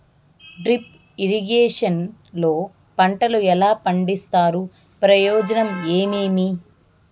Drip irrigation లో పంటలు ఎలా పండిస్తారు ప్రయోజనం ఏమేమి?